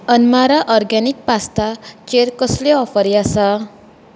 अनमारा organic pasta चेर कसल्योय ऑफरी आसा